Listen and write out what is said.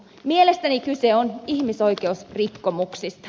mielestäni kyse on ihmisoikeusrikkomuksista